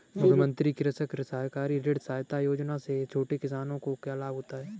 मुख्यमंत्री कृषक सहकारी ऋण सहायता योजना से छोटे किसानों को क्या लाभ होगा?